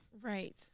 Right